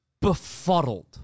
befuddled